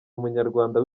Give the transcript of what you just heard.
umunyarwanda